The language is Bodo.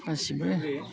गासैबो